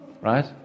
Right